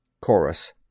Chorus